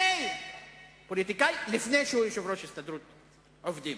הוא פוליטיקאי לפני שהוא יושב-ראש הסתדרות העובדים.